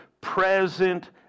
present